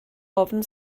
ofn